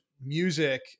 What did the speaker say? music